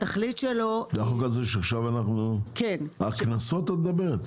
את מדברת על הקנסות?